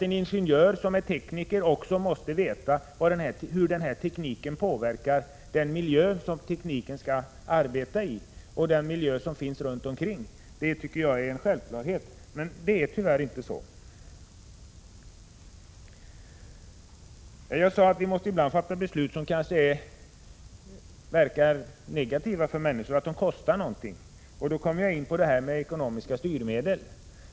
En ingenjör som är tekniker måste veta hur tekniken påverkar den miljö där tekniken skall verka och hur den påverkar miljön runt omkring. Det tycker jag är en självklarhet. Tyvärr är det inte på detta sätt nu. Jag sade att vi ibland måste fatta beslut som kanske verkar negativa för människor, för de kostar någonting. Då kommer jag in på det här med ekonomiska styrmedel.